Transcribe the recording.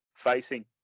facing